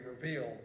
revealed